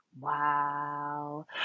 Wow